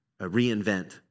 reinvent